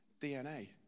DNA